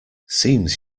seems